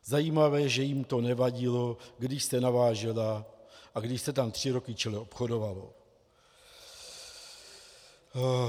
Zajímavé je, že jim to nevadilo, když se navážela a když se tam tři roky čile obchodovalo.